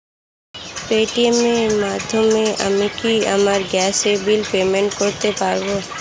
Paytm এর মাধ্যমে আমি কি আমার গ্যাসের বিল পেমেন্ট করতে পারব?